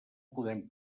podem